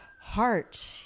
heart